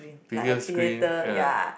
bigger screen ya